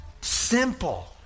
simple